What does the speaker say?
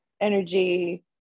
energy